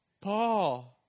Paul